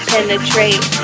Penetrate